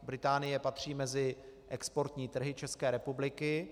Británie patří mezi exportní trhy České republiky.